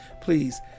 please